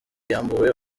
yambuwe